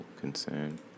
concern